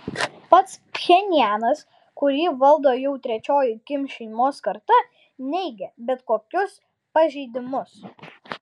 pats pchenjanas kurį valdo jau trečioji kim šeimos karta neigia bet kokius pažeidimus